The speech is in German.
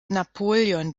napoleon